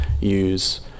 use